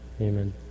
Amen